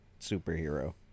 superhero